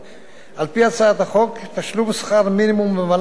על-פי הצעת החוק, תשלום שכר מינימום במהלך השירות